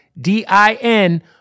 D-I-N